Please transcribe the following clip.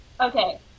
okay